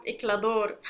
eclador